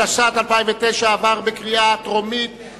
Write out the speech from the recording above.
התשס"ט 2009, לדיון מוקדם